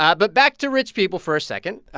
ah but back to rich people for a second.